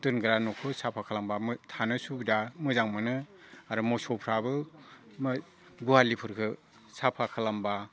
दोनग्रा न'खौ साफा खालामब्ला थानो सुबिदा मोजां मोनो आरो मोसौफ्राबो गहालिफोरखो साफा खालामब्ला